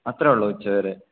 അത്രേള്ളോ ഉച്ച വരെ